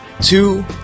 two